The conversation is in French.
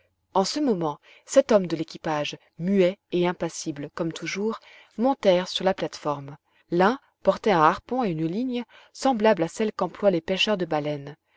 en ce moment sept hommes de l'équipage muets et impassibles comme toujours montèrent sur la plate-forme l'un portait un harpon et une ligne semblable à celles qu'emploient les pêcheurs de baleines